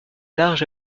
large